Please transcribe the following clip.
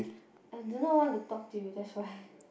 I do not want to talk to you that's why